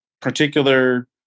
particular